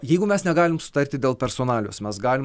jeigu mes negalim sutarti dėl personalijos mes galim